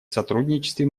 сотрудничестве